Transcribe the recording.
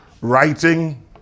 writing